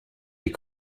les